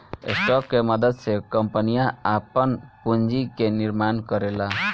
stock के मदद से कंपनियां आपन पूंजी के निर्माण करेला